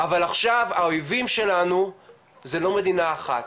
אבל עכשיו האויבים שלנו זה לא מדינה אחת,